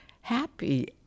happy